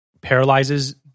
paralyzes